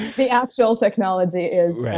the actual technology is